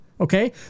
okay